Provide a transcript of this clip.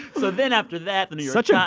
so then after that, the new yeah but